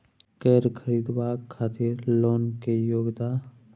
कैर खरीदवाक खातिर लोन के योग्यता?